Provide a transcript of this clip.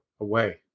away